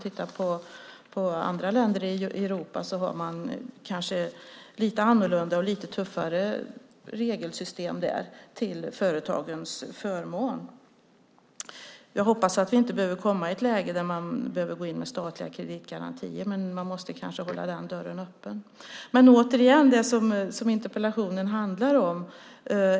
I andra länder i Europa har man kanske lite annorlunda och lite tuffare regelsystem till företagens förmån. Jag hoppas att vi inte behöver hamna i ett läge där man behöver gå in med statliga kreditgarantier, men man måste kanske hålla den dörren öppen. Låt mig återgå till det som interpellationen handlar om.